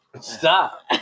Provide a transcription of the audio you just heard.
Stop